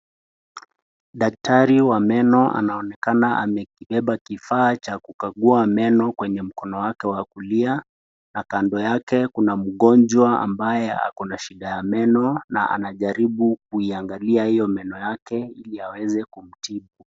Daktari wa meno anaonekana amekibeba kifaa cha kukagua meno kwenye mkono wake wa kulia, na kando yake kuna mgonjwa ambaye ako na shida ya meno na anajaribu kuiangalia hiyo meno yake ili aweze kumtibu.